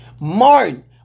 Martin